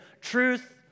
truth